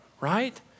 right